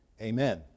Amen